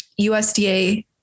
usda